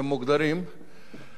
כנראה הממשלה